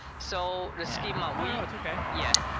so the schema no. no. it's okay. yeah.